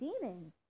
demons